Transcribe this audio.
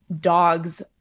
dogs